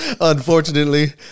unfortunately